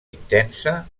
intensa